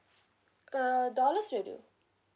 uh dollars we will